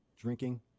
Drinking